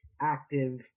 active